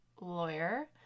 lawyer